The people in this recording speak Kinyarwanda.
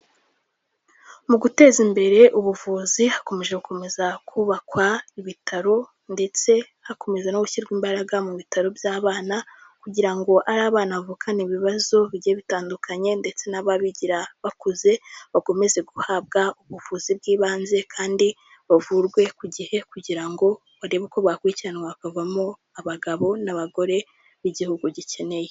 Mu guteza imbere ubuvuzi hakomeje gukomeza kubakwa ibitaro ndetse hakomeza no gushyirwa imbaraga mu bitaro by'abana, kugira ngo ari abana bavukana ibibazo bigiye bitandukanye ndetse n'ababigira bakuze bakomeze guhabwa ubuvuzi bw'ibanze kandi bavurwe ku gihe, kugira ngo barebe uko bakurikiranwa bakavamo abagabo n'abagore b'igihugu gikeneye.